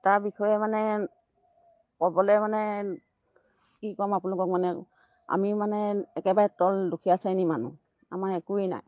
তাৰ বিষয়ে মানে ক'বলে মানে কি ক'ম আপোনালোকক মানে আমি মানে একেবাৰে তল দুখীয়া শ্ৰেণীৰ মানুহ আমাৰ একোৱেই নাই